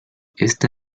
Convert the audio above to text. esta